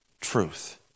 truth